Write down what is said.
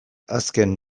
azken